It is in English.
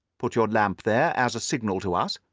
put your lamp there as a signal to us,